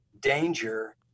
danger